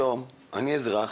שלום, אני אזרח,